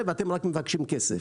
ואתם רק מבקשים כסף"